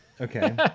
Okay